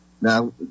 Now